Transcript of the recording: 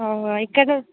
ఇక్కడ